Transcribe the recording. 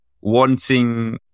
wanting